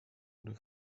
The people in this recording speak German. oder